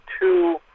two